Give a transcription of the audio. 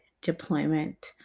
deployment